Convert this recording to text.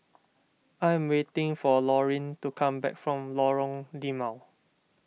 I am waiting for Lorine to come back from Lorong Limau